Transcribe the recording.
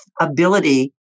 ability